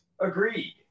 Agreed